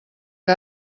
que